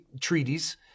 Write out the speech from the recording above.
treaties